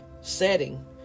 setting